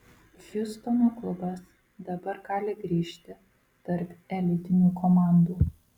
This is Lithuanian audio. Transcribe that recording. hjustono klubas dabar gali grįžti tarp elitinių komandų